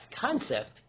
concept